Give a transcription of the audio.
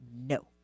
No